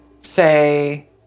say